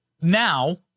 now